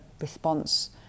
response